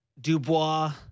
Dubois